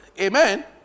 Amen